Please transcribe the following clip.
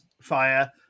fire